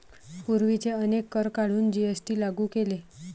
पूर्वीचे अनेक कर काढून जी.एस.टी लागू केले